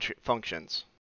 functions